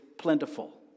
plentiful